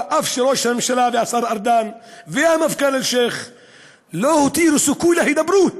אף שראש הממשלה והשר ארדן והמפכ"ל אלשיך לא הותירו סיכוי להידברות.